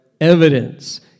evidence